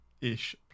ish